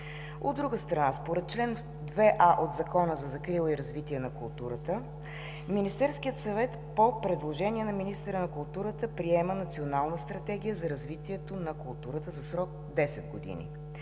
От друга страна, според чл. 2а от Закона за закрила и развитие на културата, Министерският съвет по предложение на министъра на културата приема Национална стратегия за развитието на културата за срок 10 години.